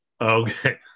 Okay